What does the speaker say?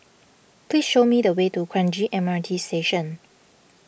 please show me the way to Kranji M R T Station